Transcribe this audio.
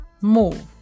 move